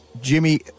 Jimmy